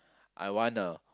I want a